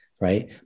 right